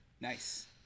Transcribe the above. Nice